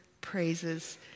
praises